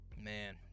Man